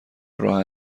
راه